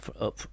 up